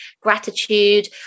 gratitude